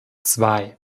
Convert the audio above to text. zwei